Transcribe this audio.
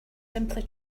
simply